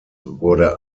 wurde